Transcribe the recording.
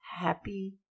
happy